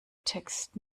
text